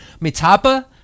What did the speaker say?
Mitapa